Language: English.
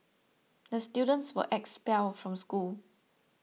the students were expelled from school